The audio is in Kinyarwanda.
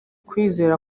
kwizera